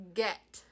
get